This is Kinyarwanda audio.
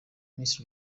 miss